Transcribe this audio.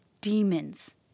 demons